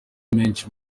menshi